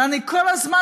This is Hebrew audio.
ואני כל הזמן,